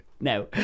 No